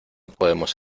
podemos